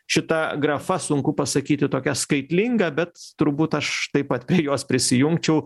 šita grafa sunku pasakyti tokia skaitlinga bet turbūt aš taip pat prie jos prisijungčiau